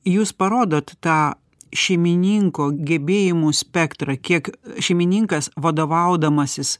jūs parodot tą šeimininko gebėjimų spektrą kiek šeimininkas vadovaudamasis